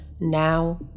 now